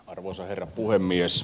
arvoisa herra puhemies